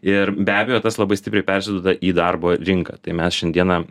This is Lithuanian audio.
ir be abejo tas labai stipriai persiduoda į darbo rinką tai mes šiandieną